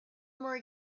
more